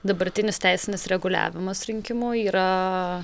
dabartinis teisinis reguliavimas rinkimų yra